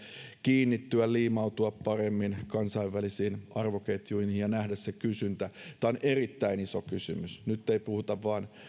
kiinnittyä liimautua paremmin kansainvälisiin arvoketjuihin ja nähdä se kysyntä tämä on erittäin iso kysymys nyt ei puhuta vain